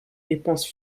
dépenses